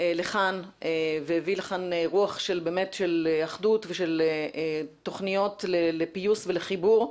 והביא לכאן רוח של אחדות ושל תוכניות לפיוס ולחיבור.